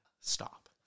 Stop